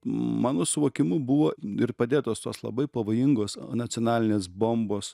mano suvokimu buvo ir padėtos tos labai pavojingos nacionalinės bombos